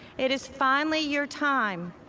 it is finally your time.